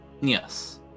Yes